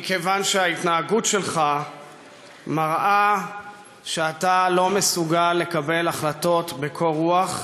מכיוון שההתנהגות שלך מראה שאתה לא מסוגל לקבל החלטות בקור רוח,